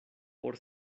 por